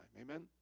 Amen